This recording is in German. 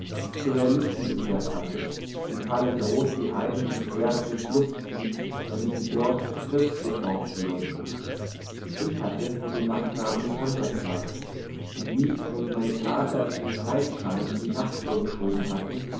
zu realisten bekehrt hatte wie karl der große die heiden mit dem schwerdte in den fluß trieb damit sie dort zu christen getauft würden ich hatte mit dem nachtraben bekanntschaft gemacht und lief wenn ich meine karte als einen zeitschein in die nachtuhr geschoben hatte